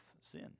sin